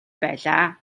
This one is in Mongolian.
байлаа